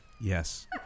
yes